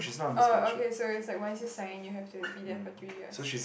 oh okay so is like once you sign you have to be there for three years